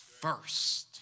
first